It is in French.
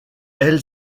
elle